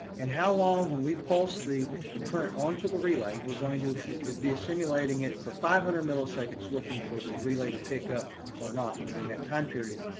and how long we pulse the the current on to the relay, we're going to be simulating it for five hundred milliseconds looking for the relay to pick up or not within that time period.